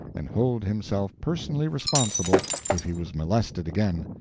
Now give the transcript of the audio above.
and hold himself personally responsible if he was molested again.